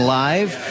live